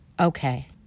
Okay